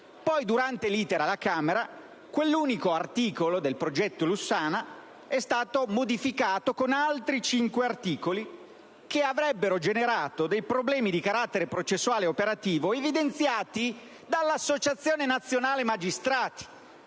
Poi, durante l'*iter* alla Camera, a quell'unico articolo del progetto Lussana ne sono stati aggiunti altri cinque, che avrebbero generato dei problemi di carattere processuale ed operativo evidenziati dall'Associazione nazionale magistrati.